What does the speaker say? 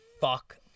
fuck